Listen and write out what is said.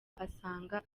asanga